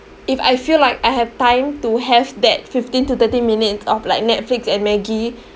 if I feel like I have time to have that fifteen to thirty minutes of like Netflix and Maggi